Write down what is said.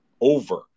over